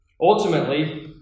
Ultimately